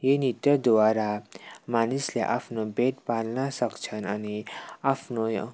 यही नृत्यद्वारा मानिसले आफ्नो पेट पाल्नसक्छन् अनि आफ्नो